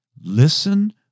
Listen